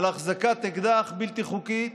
על החזקת אקדח בלתי חוקי,